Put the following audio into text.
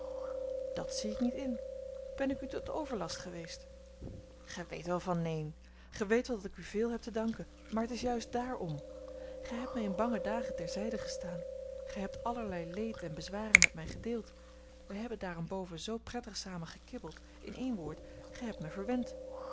dat zie ik niet in ben ik u tot overlast geweest gij weet wel van neen gij weet wel dat ik u veel heb te danken maar t is juist dààrom gij hebt mij in bange dagen ter zijde gestaan gij hebt allerlei leed en bezwaren met mij gedeeld wij hebben daarenboven zoo prettig samen gekibbeld in één woord gij hebt mij verwend